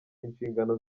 inshingano